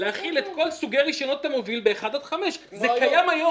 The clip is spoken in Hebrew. להחיל את כל סוגי רשיונות המוביל ב-1 עד 5. זה קיים היום.